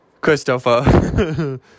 Christopher